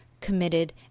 committed